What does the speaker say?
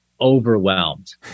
overwhelmed